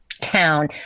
town